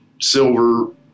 silver